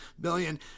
billion